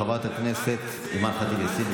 חברת הכנסת אימאן ח'טיב יאסין,